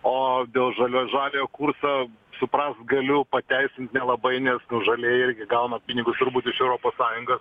o dėl žalios žaliojo kurso suprask galiu pateisint nelabai nes nu žali irgi gauna pinigus turbūt iš europos sąjungos